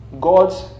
God's